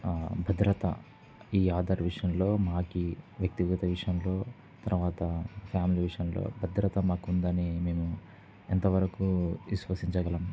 భద్రత ఈ ఆధార విషయంలో మాకు వ్యక్తిగత విషయంలో తర్వాత ఫ్యామిలీ విషయంలో భద్రత మాకుందని మేము ఎంతవరకు విశ్వసించగలం